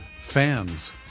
fans